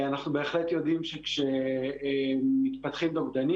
אנחנו בהחלט יודעים שכשמתפתחים נוגדנים